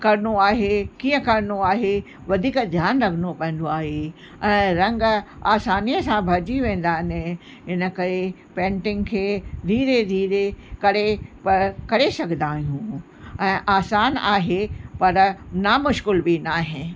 करिनो आहे कीअं करिनो आहे वधीक ध्यानु रखिणो पवंदो आहे ऐं रंग आसानीअ सां भरिजी वेंदा आहिनि इनकरे पेंटिंग खे धीरे धीरे करे प करे सघंदा आहियूं ऐं आसान आहे पर नामुश्किल बि नाहे